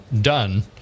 done